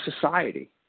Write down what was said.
society